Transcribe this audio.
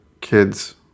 kids